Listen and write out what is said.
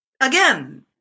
Again